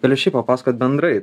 galiu šiaip papasakot bendrai